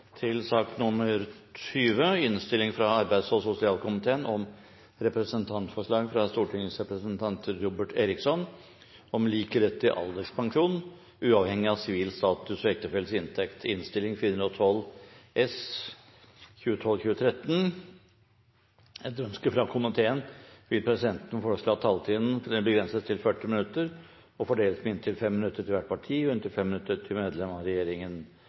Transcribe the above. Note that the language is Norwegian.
til sak nr. 19. Etter ønske fra arbeids- og sosialkomiteen vil presidenten foreslå at taletiden begrenses til 40 minutter og fordeles med inntil 5 minutter til hvert parti og inntil 5 minutter til medlem av regjeringen.